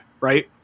right